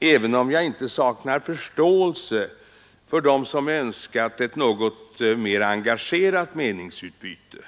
även om jag inte saknar förståelse för dem som önskat ett något mera engagerat meningsutbyte.